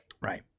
Right